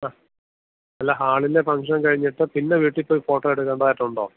അല്ല ഹാളിലെ ഫംഗ്ഷൻ കഴിഞ്ഞിട്ട് പിന്നെ വീട്ടിൽ പോയി ഫോട്ടോ എടുക്കേണ്ടതായിട്ടുണ്ടോ